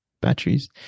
batteries